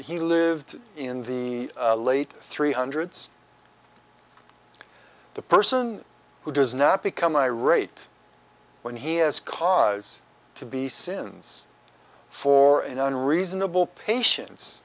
he lived in the late three hundreds the person who does not become irate when he has cause to be sins for an unreasonable patience